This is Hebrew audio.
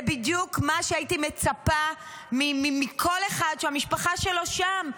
זה בדיוק מה שהייתי מצפה מכל אחד שהמשפחה שלו שם.